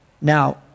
Now